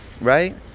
right